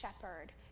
shepherd